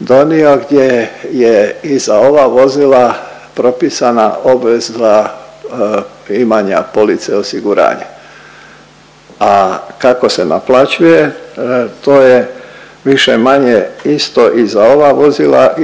donio gdje je i za ova vozila propisana obvezna imanja police osiguranja. A kako se naplaćuje, to je više-manje isto i za ova vozila